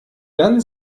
dann